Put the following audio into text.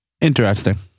Interesting